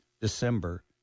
December